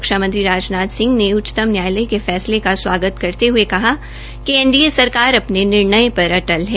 रक्षा मंत्री राजनाथ सिंह ने उच्चतम न्यायालय के फैसले का स्वागत करते हये कहा कि एनडीए सरकार अपने निर्णय पर अटल है